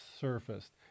surfaced